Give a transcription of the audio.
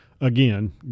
again